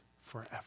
forever